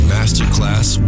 Masterclass